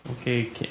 okay